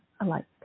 alike